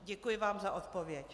Děkuji vám za odpověď.